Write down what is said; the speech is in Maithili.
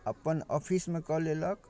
अपन ऑफिसमे कऽ लेलक